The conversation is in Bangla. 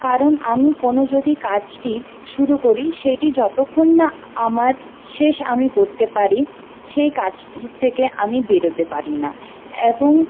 কারণ আমি কোনো যদি কাজটি শুরু করি সেইটি যতক্ষণ না আমার শেষ আমি করতে পারি সেই কাজটির থেকে আমি বেরোতে পারি না এবং